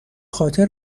خاطر